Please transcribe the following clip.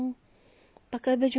pakai baju merah tu tak